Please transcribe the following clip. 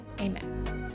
amen